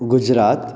Gujarat